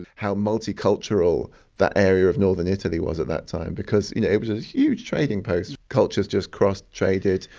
how multicultural that area of northern italy was at that time, because you know it was a huge trading post. cultures just cross-traded,